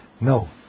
No